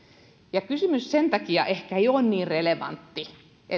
ja sen takia ehkä ei ole niin relevantti kysymys se